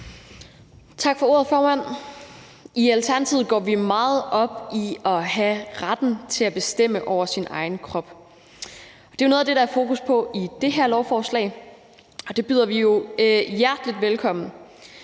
Tak for ordet, formand. I Alternativet går vi meget op i, at man skal have retten til at bestemme over sin egen krop. Det er jo noget af det, der er fokus på i det her lovforslag, og det byder vi jo hjertelig velkommen.